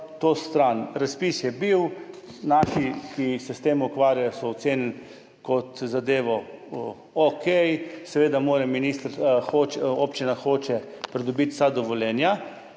to stran. Razpis je bil. Naši, ki se s tem ukvarjajo, so ocenili zadevo kot dobro. Seveda mora občina Hoče pridobiti vsa dovoljenja.